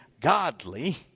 godly